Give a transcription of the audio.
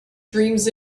dreams